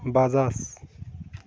Bajaj